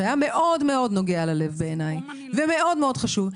שהיה מאוד מאוד נוגע ללב בעיניי ומאוד מאוד חשוב.